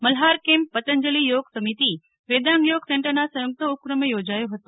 Malhar camp Patanjali Yog Samiti Vedang Yog સેન્ટરના સંયુક્ત ઉપક્રમે યોજાયો હતો